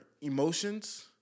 emotions